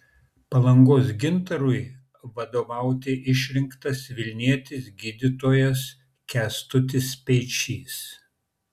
palangos gintarui vadovauti išrinktas vilnietis gydytojas kęstutis speičys